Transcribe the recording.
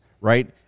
right